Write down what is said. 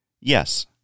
Yes